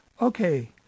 Okay